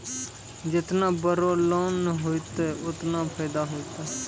जेतना बड़ो लोन होतए ओतना फैदा होतए